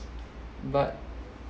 but